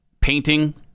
painting